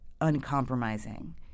uncompromising